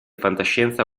fantascienza